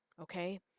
Okay